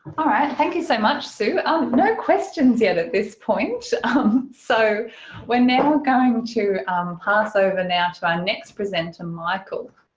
all right thank you so much sue oh um no questions yet at this point um, so when now we're going to pass over now to our next presenter michael.